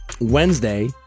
Wednesday